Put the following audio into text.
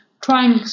trying